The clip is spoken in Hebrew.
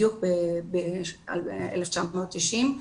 בדיוק ב-1990,